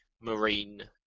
Marine